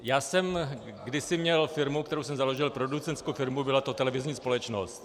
Já jsem kdysi měl firmu, kterou jsem založil, producentskou firmu, byla to televizní společnost.